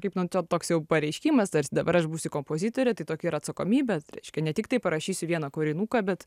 kaip nu čia toks jau pareiškimas tarsi dabar aš būsiu kompozitorė tai tokia ir atsakomybė reiškia ne tik tai parašysiu vieną kūrinuką bet